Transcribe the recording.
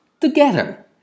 together